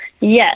Yes